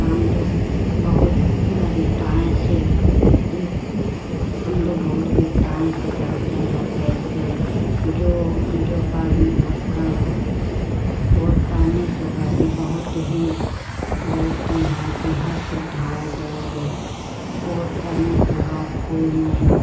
तो हम लोग बहुत से जीत हम लोग बहुत से चलते हैं कैसे जो जो पर मतलब वोट पड़ने से पहले बहुत ही बोलते हैं कि हर सुविधाएं देंगे वोट पड़ने के बाद कोई नहीं